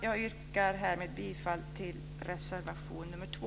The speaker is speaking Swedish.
Jag yrkar härmed bifall till reservation nr 2.